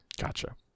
gotcha